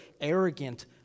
arrogant